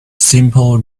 simple